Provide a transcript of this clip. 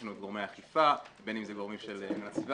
יש לנו גורמי אכיפה בין אם זה גורמים של משטרה